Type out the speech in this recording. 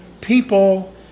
people